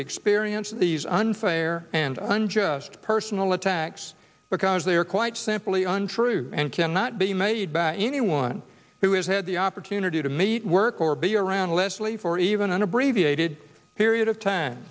experience these unfair and unjust personal attacks because they are quite simply untrue and cannot be made by anyone who has had the opportunity to meet work or be around leslie for even an abbreviated period of time